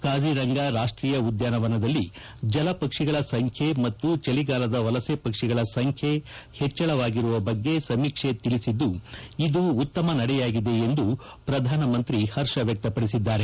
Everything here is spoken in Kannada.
ಕಾಜೀರಂಗಾ ರಾಷ್ಟೀಯ ಉದ್ಯಾನವದಲ್ಲಿ ಜಲಪಕ್ಷಿಗಳ ಸಂಖ್ಯೆ ಮತ್ತು ಚಳಿಗಾಲದ ವಲಸೆ ಪಕ್ಷಿಗಳ ಸಂಖ್ಯೆ ಹೆಚ್ಚಳವಾಗಿರುವ ಬಗ್ಗೆ ಸಮೀಕ್ಷೆ ತಿಳಿಸಿದ್ದು ಇದು ಉತ್ತಮ ನಡೆಯಾಗಿದೆ ಎಂದು ಪ್ರಧಾನಮಂತ್ರಿ ಹರ್ಷ ವ್ಯಕ್ತಪಡಿಸಿದ್ದಾರೆ